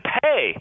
pay